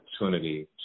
opportunity